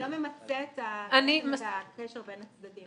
זה לא ממצה את הקשר בין הצדדים.